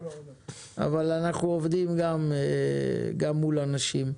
אבל אנחנו עובדים גם מול אנשים,